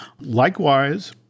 Likewise